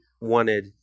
wanted